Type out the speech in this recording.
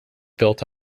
built